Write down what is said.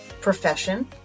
profession